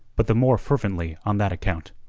but the more fervently on that account.